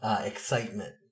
excitement